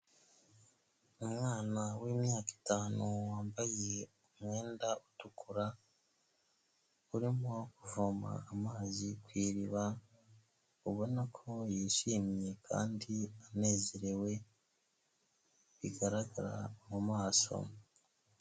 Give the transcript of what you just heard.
Umwana w'imyaka itanu, wambaye umwenda utukura, urimo kuvoma amazi ku iriba, ubona ko yishimye kandi anezerewe bigaragara mu maso.